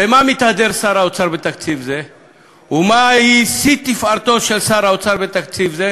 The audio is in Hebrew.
במה מתהדר שר האוצר בתקציב זה ומהו שיא תפארתו של שר האוצר בתקציב זה?